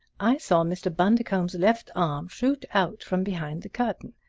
i saw mr. bundercombe's left arm shoot out from behind the curtain.